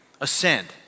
ascend